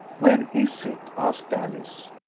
where is it? asked alice.